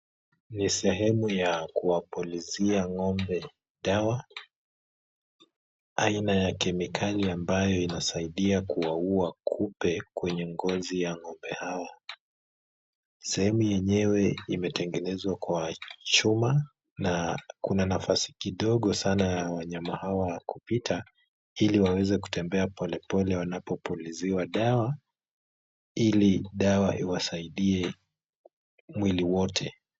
Ni sehemu ya kuwapulizia ng'ombe dawa. Aina ya kemikali ambayo inasaidia kuwaua kupe kwenye ngozi ya ng'ombe hao. Sehemu yenyewe imetengenezwa kwa chuma na kuna nafasi kidogo sana ya wanyama hawa kupita ili waeze kutembea polepole wanapopuliziwa dawa, ili dawa iwasaidie mwili wote.